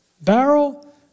barrel